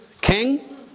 King